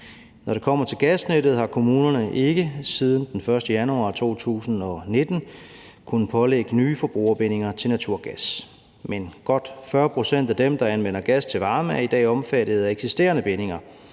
Når det kommer til gasnettet, har kommunerne ikke siden den 1. januar 2019 kunnet pålægge nye forbrugerbindinger til naturgas. Men godt 40 pct. af dem, der anvender gas til varme, er i dag omfattet af eksisterende bindinger